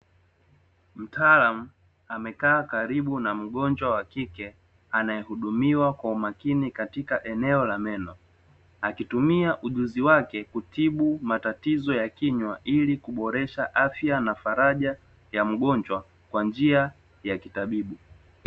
Mtaalamu amekaa karibu na mgonjwa wa kike, anayehudumiwa kwa umakini katika eneo la meno. Akitumia ujuzi wake kutibu matatizo ya kinywa ili kuboresha afya na faraja ya mgonjwa, kwa njia ya kitabibu.